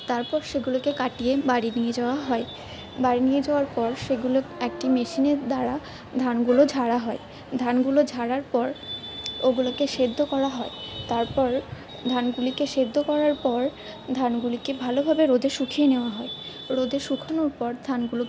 তারপর সেগুলোকে কাটিয়ে বাড়ি নিয়ে যাওয়া হয় বাড়ি নিয়ে যাওয়ার পর সেগুলো একটি মেশিনের দ্বারা ধানগুলো ঝাড়া হয় ধানগুলো ঝাড়ার পর ওগুলোকে সিদ্ধ করা হয় তারপর ধানগুলিকে সিদ্ধ করার পর ধানগুলিকে ভালোভাবে রোদে শুকিয়ে নেওয়া হয় রোদে শুকোনোর পর ধানগুলো